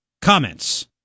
comments